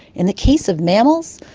in the case of mammals,